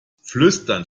flüsternd